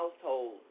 household